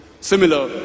similar